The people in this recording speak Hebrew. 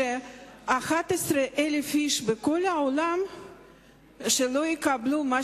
כדי ש-11,000 איש בכל העולם לא יקבלו מה